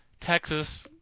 Texas